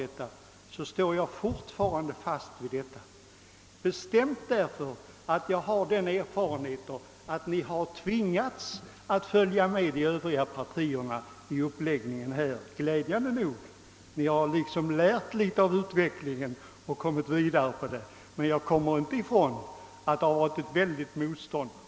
Jag står fortfarande fast vid att vi klarar problemen trots högerns motstånd. Jag har den erfarenheten att ni har tvingats följa med de övriga partierna i denna uppläggning. Ni har glädjande nog lärt litet av utvecklingen och gått vidare, men jag kommer inte ifrån att ni gjort ett väldigt motstånd.